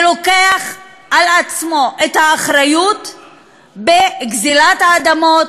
לוקח על עצמו את האחריות בגזלת האדמות,